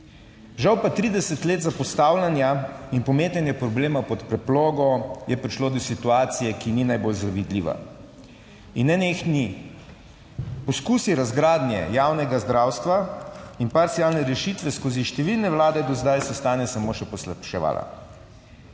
Žal pa 30 let zapostavljanja in pometanje problemov pod preprogo je prišlo do situacije, ki ni najbolj zavidljiva in nenehni poskusi razgradnje javnega zdravstva in parcialne rešitve skozi številne vlade do zdaj so stanje samo še poslabševala.